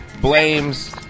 blames